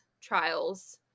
trials